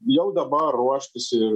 jau dabar ruoštis